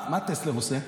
מה טסלר עושה?